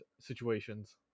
situations